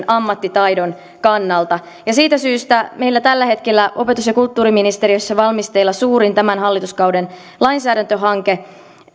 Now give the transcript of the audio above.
ammattitaidon kannalta että siitä syystä meillä tällä hetkellä opetus ja kulttuuriministeriössä on valmisteilla suurin tämän hallituskauden lainsäädäntöhanke